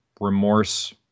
remorse